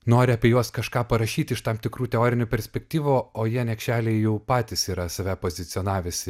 nori apie juos kažką parašyti iš tam tikrų teorinių perspektyvų o jie niekšeliai jau patys yra save pozicionavęsi